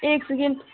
एक सेकेन्ड